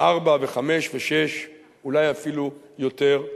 ארבע וחמש ושש, אולי אפילו יותר.